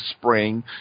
spring